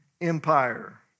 Empire